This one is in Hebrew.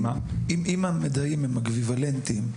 אם המידעים הם אקוויוולנטיים,